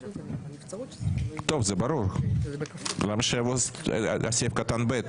טוב, זה ברור, למה שיבוא סעיף קטן (ב)?